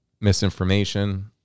misinformation